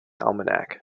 almanac